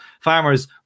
farmers